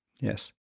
yes